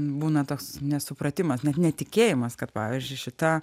būna toks nesupratimas net netikėjimas kad pavyzdžiui šita